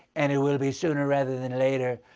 and it will be sooner rather than later,